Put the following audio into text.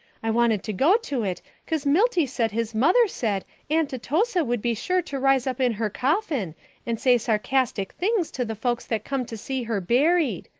i wanted to go to it cause milty said his mother said aunt atossa would be sure to rise up in her coffin and say sarcastic things to the folks that come to see her buried.